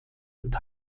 und